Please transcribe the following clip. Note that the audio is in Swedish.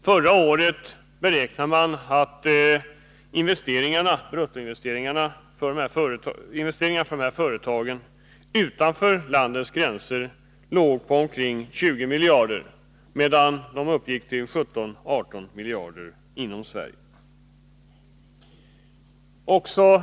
Förra året beräknades att bruttoinvesteringarna för dessa företag utanför landets gränser låg på omkring 20 miljarder, medan investeringarna inom Sverige uppgick till 17—18 miljarder.